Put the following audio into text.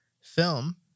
film